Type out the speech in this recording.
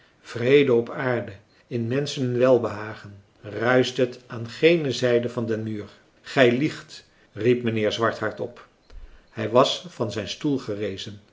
vrede op aarde in menschen een welbehagen ruischte het aan gene zijde van den muur gij liegt riep mijnheer swart hardop hij was van zijn stoel gerezen